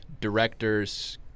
directors